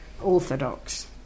Orthodox